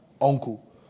uncle